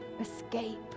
escape